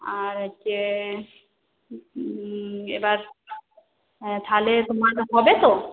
আর হচ্ছে এবার তাহলে তোমার হবে তো